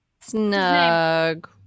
Snug